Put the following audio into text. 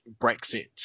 Brexit